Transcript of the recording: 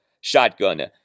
shotgun